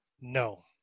No